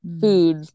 food